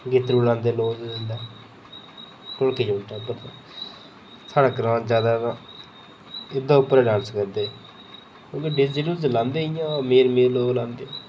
गित्तड़ू लांदे लोक जिसलै ढोलकी चिमटा ओह्दे साढ़े ग्रां जैदा ते एह्दे उप्पर गै डांस करदे उ'ऐ डीजे डूजे लांदे इ'यां मीर मीर लोक लांदे